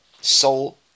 soul